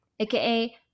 aka